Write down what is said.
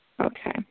Okay